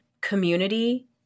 community